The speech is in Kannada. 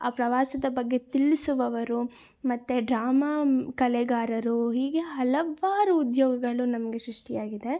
ಆ ಪ್ರವಾಸದ ಬಗ್ಗೆ ತಿಳಿಸುವವರು ಮತ್ತು ಡ್ರಾಮಾ ಕಲೆಗಾರರು ಹೀಗೆ ಹಲವಾರು ಉದ್ಯೋಗಗಳು ನಮಗೆ ಸೃಷ್ಟಿಯಾಗಿದೆ